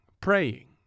praying